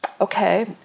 okay